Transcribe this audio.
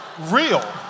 real